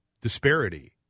disparity